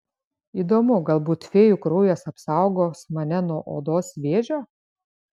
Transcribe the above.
įdomu galbūt fėjų kraujas apsaugos mane nuo odos vėžio